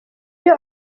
iyo